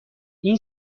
این